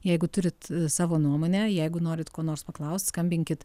jeigu turit savo nuomonę jeigu norit ko nors paklaust skambinkit